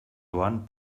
joan